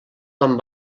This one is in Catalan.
quan